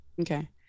Okay